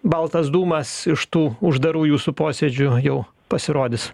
baltas dūmas iš tų uždarų jūsų posėdžių jau pasirodys